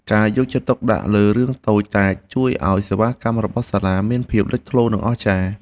ការយកចិត្តទុកដាក់លើរឿងតូចតាចជួយឱ្យសេវាកម្មរបស់សាលាមានភាពលេចធ្លោនិងអស្ចារ្យ។